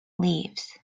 leaves